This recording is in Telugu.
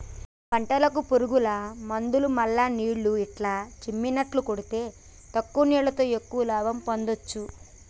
పంటలకు పురుగుల మందులు మల్ల నీళ్లు ఇట్లా చిమ్మిచినట్టు కొడితే తక్కువ నీళ్లతో ఎక్కువ లాభం పొందొచ్చు